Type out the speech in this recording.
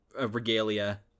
regalia